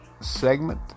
segment